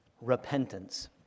repentance